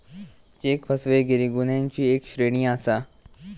check फसवेगिरी गुन्ह्यांची एक श्रेणी आसा